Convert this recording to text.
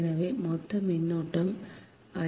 எனவே மொத்த மின்னோட்டம் I